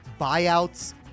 buyouts